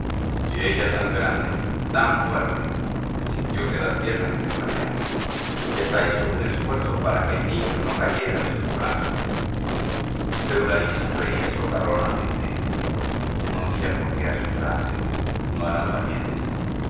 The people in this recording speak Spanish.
y ella tan grande tan fuerte sintió que las piernas le flaqueaban y hasta hizo un esfuerzo para que el niño no cayera de sus brazos teulaí sonreía socarronamente no había por qué asustarse no eran parientes